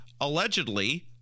allegedly